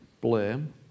blame